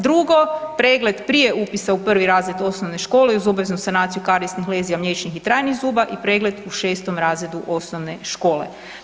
Drugo, pregled prije upisa u 1. razred osnovne škole uz obveznu sanaciju karijesnih lezija mliječnih i trajnih zuba i pregled u 6. razredu osnovne škole.